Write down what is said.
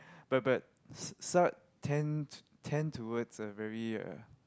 but but Saat tend tend towards a very uh